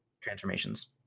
transformations